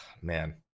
man